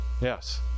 Yes